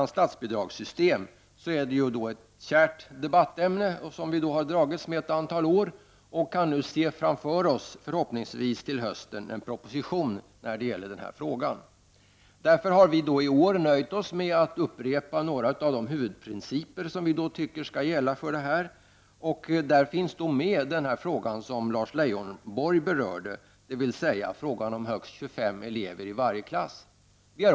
Statsbidragssystemet för grundskolan är ett kärt debattämne som vi har dragits med ett antal år. Vi kan nu se framför oss, förhoppningsvis till hösten, en proposition i den frågan. Vi har därför i år nöjt oss med att upprepa några av de huvudprinciper som vi tycker skall gälla för detta. Där finns bl.a. den fråga som Lars Leijonborg berörde, dvs. frågan om högst 25 elever i varje klass.